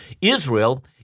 Israel